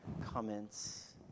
comments